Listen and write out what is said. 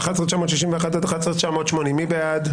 11,941 עד 11,960, מי בעד?